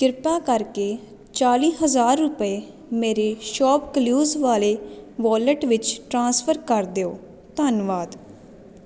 ਕਿਰਪਾ ਕਰਕੇ ਚਾਲੀ ਹਜ਼ਾਰ ਰੁਪਏ ਮੇਰੇ ਸ਼ੌਪਕਲੂਜ਼ ਵਾਲੇ ਵਾਲੇਟ ਵਿੱਚ ਟ੍ਰਾਂਸਫਰ ਕਰ ਦਿਓ ਧੰਨਵਾਦ